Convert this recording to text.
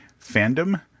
Fandom